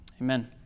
Amen